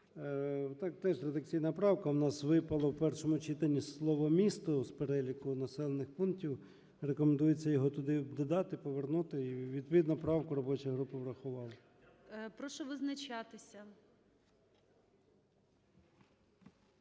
О.М. Теж редакційна правка. У нас випало в першому читанні слово "місто" з переліку населених пунктів, рекомендується його туди додати, повернути. І відповідну правку робоча група врахувала. ГОЛОВУЮЧИЙ. Прошу визначатися.